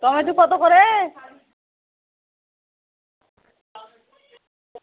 tomato কত করে